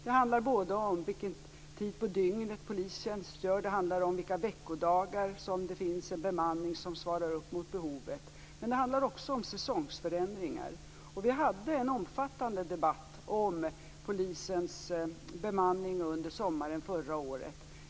Det handlar både om vilken tid på dygnet polis tjänstgör och om vilka veckodagar som det finns en bemanning som svarar mot behovet. Men det handlar också om säsongsförändringar. Vi hade en omfattande debatt förra året om polisens bemanning under sommaren.